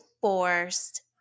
forced